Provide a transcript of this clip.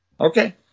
Okay